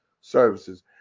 services